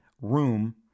room